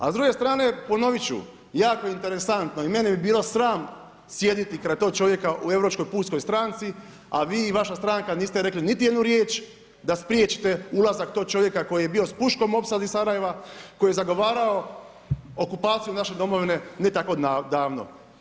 A s druge strane ponoviti ću, jako interesantno i mene bi bilo sram sjediti kraj tog čovjeka u Europskoj pučkoj stranci a vi i vaša stranka niste rekli niti jednu riječ da spriječite ulazak tog čovjeka koji je bio s puškom u opsadi Sarajeva, koji je zagovarao okupaciju naše domovine ne tako davno.